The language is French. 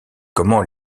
comment